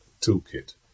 toolkit